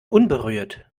unberührt